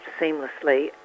seamlessly